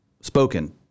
spoken